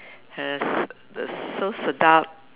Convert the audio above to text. it's so sedap